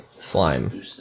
slime